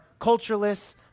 cultureless